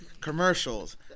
commercials